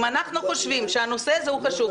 אם אנחנו חושבים שהנושא הזה חשוב,